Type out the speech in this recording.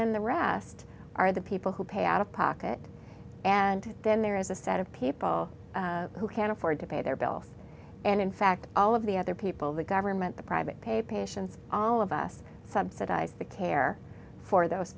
then the rest are the people who pay out of pocket and then there is a set of people who can afford to pay their bill and in fact all of the other people the government the private pay patients all of us subsidize the care for those